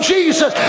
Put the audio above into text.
Jesus